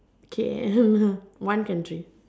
okay one country